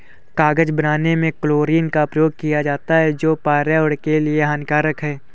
कागज बनाने में क्लोरीन का प्रयोग किया जाता है जो पर्यावरण के लिए हानिकारक है